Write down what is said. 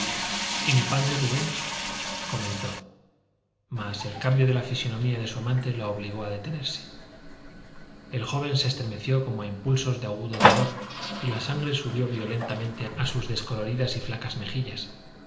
y mi padre rubén comenzó mas el cambio de la fisonomía de su amante la obligó a detenerse el joven se estremeció como a impulsos de agudo dolor y la sangre subió violentamente a sus descoloridas y flacas mejillas